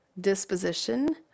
disposition